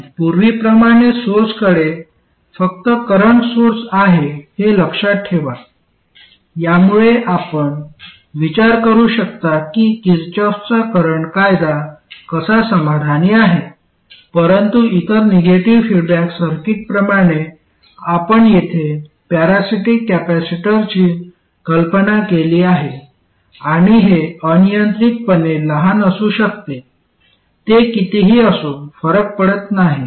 आणि पूर्वीप्रमाणे सोर्सकडे फक्त करंट सोर्स आहे हे लक्षात ठेवा यामुळे आपण विचार करू शकता की किर्चफचा करंट कायदा कसा समाधानी आहे परंतु इतर निगेटिव्ह फीडबॅक सर्किट्सप्रमाणे आपण येथे पॅरासिटिक कॅपेसिटरची कल्पना केली आहे आणि हे अनियंत्रितपणे लहान असू शकते ते कितीही असो फरक पडत नाही